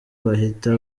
bahita